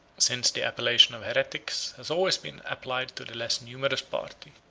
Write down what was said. since the appellation of heretics has always been applied to the less numerous party.